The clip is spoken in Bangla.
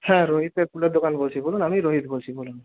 হ্যাঁ রোহিতের ফুলের দোকান বলছি বলুন আমিই রোহিত বলছি বলুন